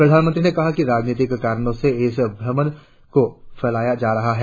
प्रधानमंत्री ने कहा कि राजनीतिक कारणों से इस भ्रम को फैलाया जा रहा है